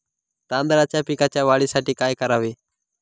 तांदळाच्या पिकाच्या वाढीसाठी काय करावे?